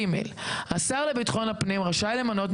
(ג)השר לביטחון הפנים רשאי למנות,